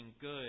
good